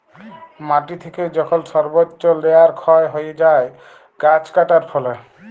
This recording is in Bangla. মাটি থেকে যখল সর্বচ্চ লেয়ার ক্ষয় হ্যয়ে যায় গাছ কাটার ফলে